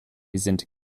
sind